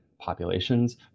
populations